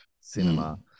cinema